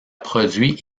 produit